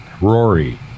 Rory